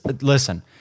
listen